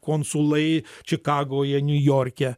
konsulai čikagoje niujorke